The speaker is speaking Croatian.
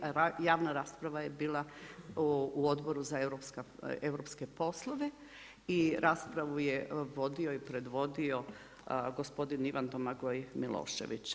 Javna rasprava je bila u Odboru za europske poslove i raspravu je vodio i predvodio gospodin Ivan Domagoj Milošević.